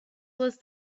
was